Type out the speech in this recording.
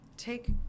take